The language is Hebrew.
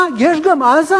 אה, יש גם עזה?